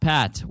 Pat